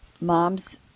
mom's